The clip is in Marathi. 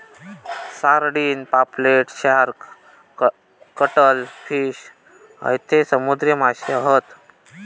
सारडिन, पापलेट, शार्क, कटल फिश हयते समुद्री माशे हत